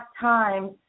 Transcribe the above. time